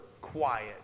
quiet